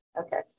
Okay